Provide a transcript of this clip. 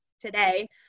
today